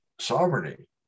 sovereignty